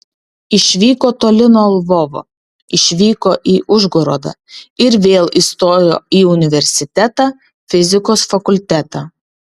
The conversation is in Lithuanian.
išvyko toli nuo lvovo išvyko į užgorodą ir vėl įstojo į universitetą fizikos fakultetą